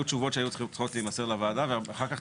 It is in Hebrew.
היו תשובות שצריכות להימסר לוועדה ואחר כך.